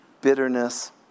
bitterness